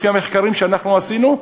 לפי המחקרים שאנחנו עשינו,